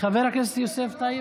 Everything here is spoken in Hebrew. חבר הכנסת יוסף טייב,